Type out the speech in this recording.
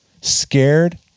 scared